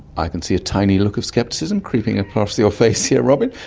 i can see a tiny look of scepticism creeping across your face here, robyn,